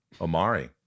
Omari